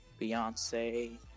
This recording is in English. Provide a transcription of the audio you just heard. Beyonce